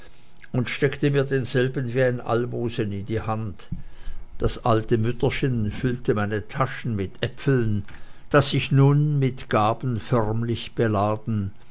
und steckte mir denselben wie ein almosen in die hand das alte mütterchen füllte meine taschen mit äpfeln daß ich nun mit gaben förmlich beladen